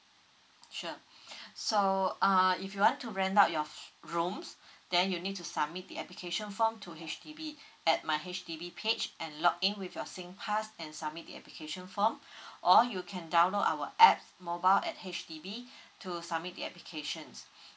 sure so ah if you want to rent out your f~ rooms then you need to submit the application form to H_D_B at my H_D_B page and log in with your SINGPASS and submit the application form or you can download our app mobile at H_D_B to submit the applications